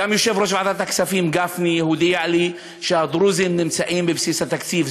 גם יושב-ראש ועדת הכספים גפני הודיע לי שהדרוזים נמצאים בבסיס התקציב.